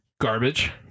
Garbage